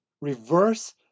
reverse